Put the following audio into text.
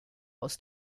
aus